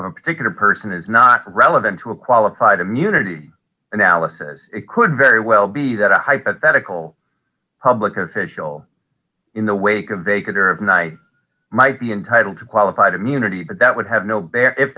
of a particular person is not relevant to a qualified immunity analysis it could very well be that a hypothetical public official in the wake of a color of night might be entitled to qualified immunity but that would have no